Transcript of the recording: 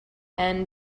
ann